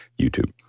YouTube